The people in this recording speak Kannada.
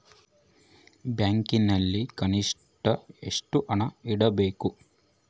ಬ್ಯಾಂಕಿನಲ್ಲಿ ಕನಿಷ್ಟ ಎಷ್ಟು ಹಣ ಇಡಬೇಕು?